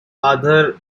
other